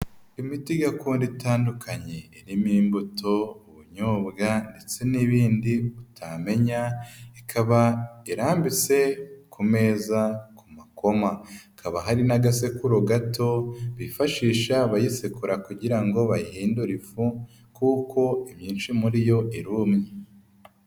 Imiti gakondo itandukanye, irimo imbuto, ubunyobwa ndetse n'ibindi utamenya, ikaba irarambise ku meza ku makoma, hakaba hari n'agasekuro gato, bifashisha abayisekura kugira ngo bayihindure ifu kuko myinshi muri yo irumye.